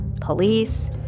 police